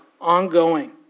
ongoing